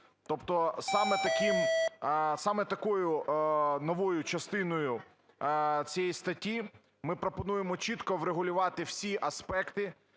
Тобто саме такою новою частиною цієї статті ми пропонуємо чітко врегулювати всі аспекти,